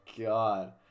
God